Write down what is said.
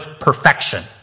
perfection